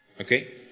Okay